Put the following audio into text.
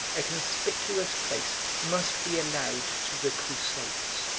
a conspicuous place must be allowed to the crusades.